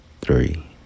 three